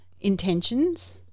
intentions